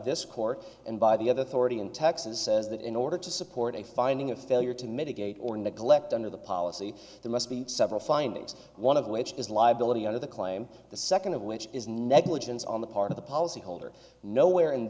this court and by the other thirty in texas says that in order to support a finding a failure to mitigate or neglect under the policy there must be several findings one of which is liability under the claim the second of which is negligence on the part of the policy holder nowhere